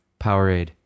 Powerade